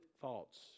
thoughts